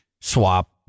swap